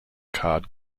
card